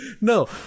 No